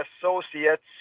associates